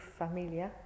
familia